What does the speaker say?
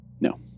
No